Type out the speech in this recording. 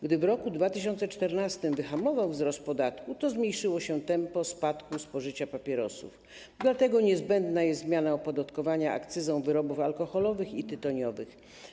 Gdy w 2014 r. wyhamował wzrost podatku, zmniejszyło się tempo spadku spożycia papierosów, dlatego niezbędna jest zmiana opodatkowania akcyzą wyrobów alkoholowych i tytoniowych.